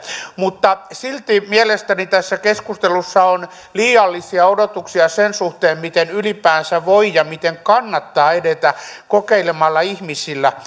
mutta silti mielestäni tässä keskustelussa on liiallisia odotuksia sen suhteen miten ylipäänsä voi ja miten kannattaa edetä kokeilemalla ihmisillä